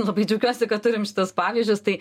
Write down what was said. labai džiaugiuosi kad turim šitus pavyzdžius tai